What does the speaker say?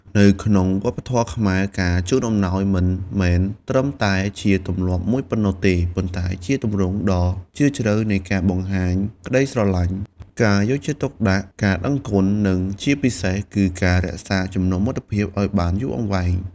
នៅក្នុងវប្បធម៌ខ្មែរ ការជូនអំណោយមិនមែនត្រឹមតែជាទម្លាប់មួយប៉ុណ្ណោះទេ ប៉ុន្តែជាទម្រង់ដ៏ជ្រាលជ្រៅនៃការបង្ហាញក្តីស្រឡាញ់ ការយកចិត្តទុកដាក់ ការដឹងគុណ និងជាពិសេសគឺការរក្សាចំណងមិត្តភាពឱ្យបានយូរអង្វែង។